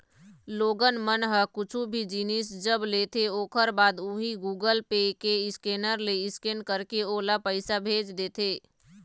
लोगन मन ह कुछु भी जिनिस जब लेथे ओखर बाद उही गुगल पे के स्केनर ले स्केन करके ओला पइसा भेज देथे